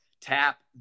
Tap